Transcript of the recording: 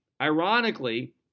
ironically